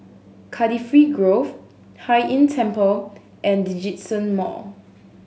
Cardifi Grove Hai Inn Temple and Djitsun Mall